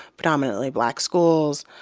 predominantly black schools,